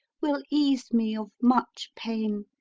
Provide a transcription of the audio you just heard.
will ease me of much paine.